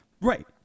Right